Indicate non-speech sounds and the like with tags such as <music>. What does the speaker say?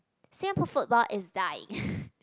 Singapore football is dying <breath>